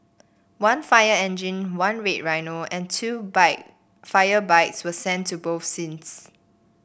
one fire engine one red rhino and two bike fire bikes were sent to both scenes